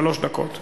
שלוש דקות.